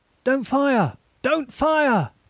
don't fire! don't fire!